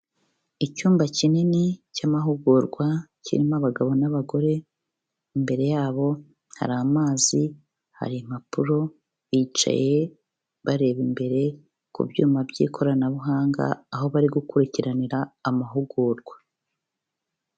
Icyumba kinini cy'amahugurwa kirimo abagabo n'abagore, imbere yabo hari amazi, hari impapuro, bicaye bareba imbere ku byuma by'ikoranabuhanga, aho bari gukurikiranira amahugurwa.